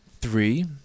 Three